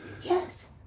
Yes